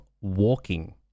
walking